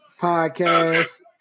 Podcast